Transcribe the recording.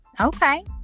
okay